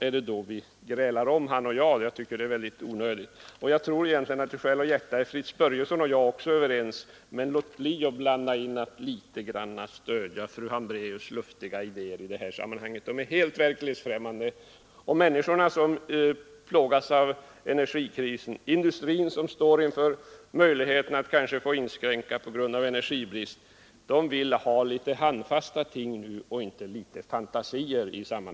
Egentligen tror jag att herr Börjesson i Glömminge och jag i själ och hjärta är överens men låt bli och blanda in fru Hambraeus” luftiga idéer i det här sammanhanget. De är helt verklighetsfrämmande. Människorna som plågas av energikrisen och industrin som står inför möjligheten att få inskränka på grund av energibrist vill ha litet handfasta ting nu och inte några fantasier.